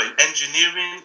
engineering